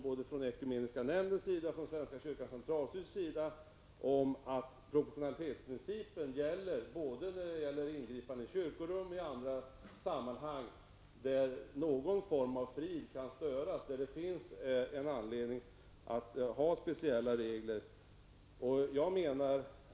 Både ekumeniska nämnden och svenska kyrkans centralstyrelse är fullt medvetna om att proportionalitetsprincipen gäller både i fråga om ingripanden i kyrkorum och i andra sammanhang där någon form av frid kan störas, där det finns en anledning att ha speciella regler.